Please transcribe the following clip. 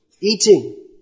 eating